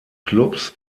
klubs